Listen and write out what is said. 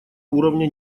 уровня